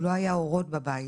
לא היה אורות בבית,